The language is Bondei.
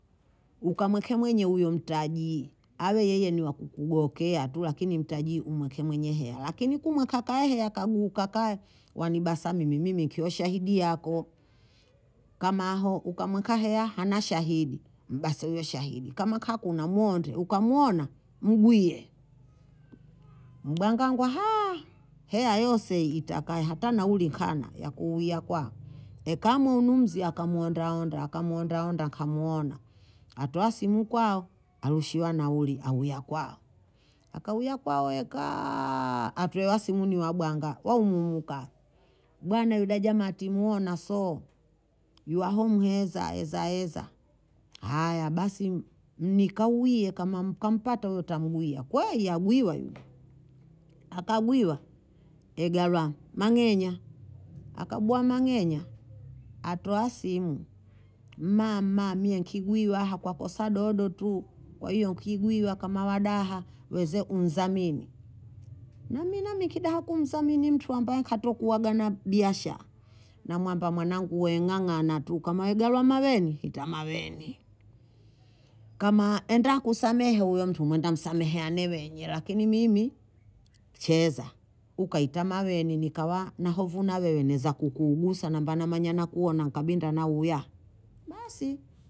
Ukamwekea mwenye huyo mtaji, awe yeye ni wa kukugokea tu lakini mtaji umwekee mwenye heya, lakini kumweka akae heya akaguka kaye wanibasa mimi, mimi kio shahidi yako, kama aho ukamweka heya hana shahidi, basi huyo shahidi kama kakuna mwonde, ukamwona mgwie mbwangwanga heya yose itakaye hata nauli nkana ya kuuya kwao, ekamwe hunumzi akamwondaanda, akamwondaanda akamwona, atwoa simu kwao arushiwa nauli awiya kwao, akawiya kwao ekaaa, atwoewa simu newabwanga wa humuhumu kaya bwana yuda jamaa timwona soo yuhao muheza eza eza, basi m- mnikauwiye kama mkampata huyo tamgwiya, kweyi agwiwa yunu, akagwiwa egarwa mang'enya, akabwa mang'enya atwoa simu, mama mie nkigwiwa aha kwa kosa dodo tu, kwa hiyo nkigwiwa kama wadaha weze kunidhamini, nami nami kidaha kumdhamini mtu ambaye huntukuwaga na biashaya namwamba mwanangu we ng'ang'ana tu, kama egarwa maweni ita maweni, kama enda akusamehe huyo mntu Mwenda msameheane wenye lakini mimi cheza ukaita maweni nikawa nahovu na wewe naweza kukuugusa namba namanya nakuona nkabinda nauya, basi